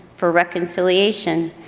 for reconciliation,